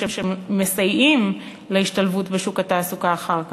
שמסייעים להשתלבות בשוק התעסוקה אחר כך.